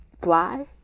fly